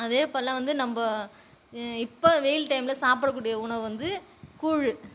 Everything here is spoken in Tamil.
அதே இப்போல்லாம் வந்து நம்ம இப்போ வெயில் டைமில் சாப்புட கூடிய உணவு வந்து கூழ்